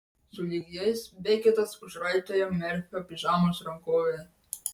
sulig jais beketas užraitojo merfio pižamos rankovę